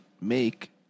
make